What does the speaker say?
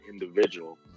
individual